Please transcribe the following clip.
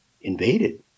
invaded